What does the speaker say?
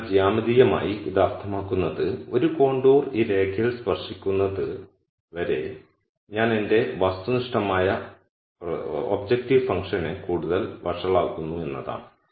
അതിനാൽ ജ്യാമിതീയമായി ഇത് അർത്ഥമാക്കുന്നത് ഒരു കോണ്ടൂർ ഈ രേഖയിൽ സ്പർശിക്കുന്നത് വരെ ഞാൻ എന്റെ വസ്തുനിഷ്ഠമായ പ്രവർത്തനത്തെ കൂടുതൽ വഷളാക്കുന്നു എന്നതാണ്